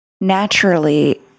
Naturally